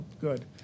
good